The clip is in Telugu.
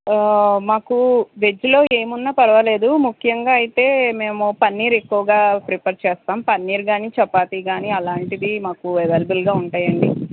మాకు వెజ్లో ఏమున్నా పర్వాలేదు ముఖ్యంగా అయితే మేము పన్నీరు ఎక్కువగా ప్రిఫర్ చేస్తాం పన్నీరు కానీ చపాతి కానీ అలాంటివి మాకు అవైలబుల్గా ఉంటాయాండి